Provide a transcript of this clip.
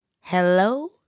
Hello